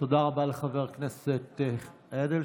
תודה רבה לחבר הכנסת אדלשטיין.